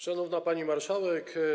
Szanowna Pani Marszałek!